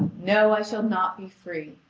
no, i shall not be free.